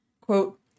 Quote